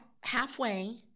halfway